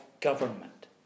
government